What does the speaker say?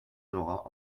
n’aura